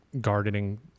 gardening